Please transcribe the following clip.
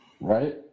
right